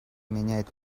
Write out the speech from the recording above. меняет